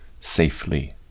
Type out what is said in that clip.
safely